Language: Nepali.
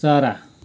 चरा